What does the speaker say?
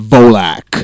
Volak